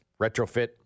retrofit